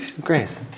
Grace